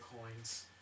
coins